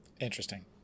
Interesting